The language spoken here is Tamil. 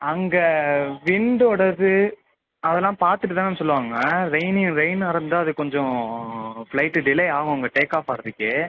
அங்கே விண்டோடது அதெலாம் பார்த்துட்டு தான் மேம் சொல்லுவாங்க ரெய்னி ரெய்னாக இருந்தால் அது கொஞ்சம் ஃப்ளைட்டு டிலே ஆகும் அங்கே டேக் ஆஃப் ஆகுறதுக்கே